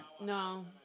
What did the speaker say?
No